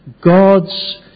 God's